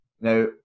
Now